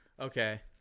Okay